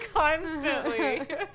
Constantly